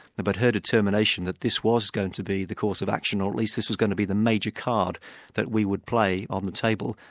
but her determination that this was going to be the course of action, or at least this was going to be the major card that we would play on the table,